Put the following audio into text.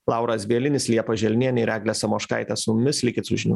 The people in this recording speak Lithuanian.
lauras bielinis liepa želnienė ir eglė samoškaitė su mumis likit su žinių